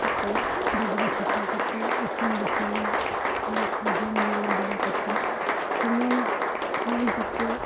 ᱠᱟᱛᱮᱫ ᱰᱟᱹᱵᱽᱨᱟᱹ ᱥᱟᱯᱷᱟ ᱠᱟᱛᱮᱫ ᱤᱥᱤᱱ ᱵᱟᱥᱟᱝ ᱚᱱᱟ ᱠᱚ ᱡᱚᱢᱼᱧᱩ ᱵᱟᱲᱟ ᱠᱟᱛᱮᱫ ᱥᱚᱢᱚᱭ ᱧᱟᱢ ᱠᱟᱛᱮᱫ